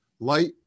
Light